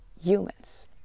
humans